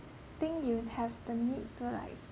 think you'd have the need to like